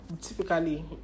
typically